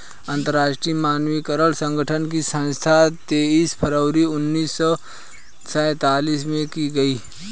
अंतरराष्ट्रीय मानकीकरण संगठन की स्थापना तेईस फरवरी उन्नीस सौ सेंतालीस में की गई